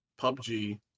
PUBG